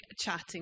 chatting